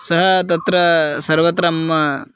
सः तत्र सर्वत्र मम